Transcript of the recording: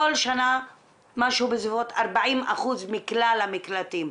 כל שנה משהו בסביבות 40% מכלל המקלטים.